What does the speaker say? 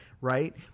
right